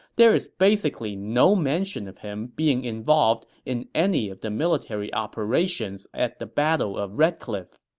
there is basically no mention of him being involved in any of the military operations at the battle of red cliff.